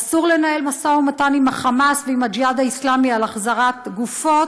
אסור לנהל משא ומתן עם החמאס ועם הג'יהאד האסלאמי על החזרת גופות,